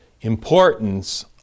importance